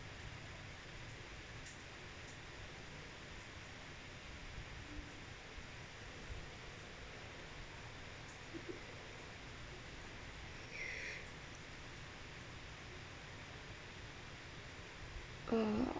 uh